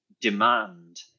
demand –